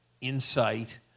insight